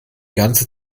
ganze